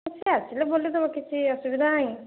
ସେ ଆସିବେ ବୋଲି ଦେବ କିଛି ଅସୁବିଧା ନାହିଁ